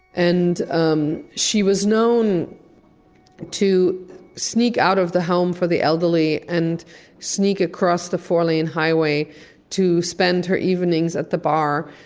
and um she was known to sneak out of the home for the elderly and sneak across the four lane highway to spend her evenings at the bar,